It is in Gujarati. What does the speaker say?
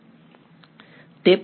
વિદ્યાર્થી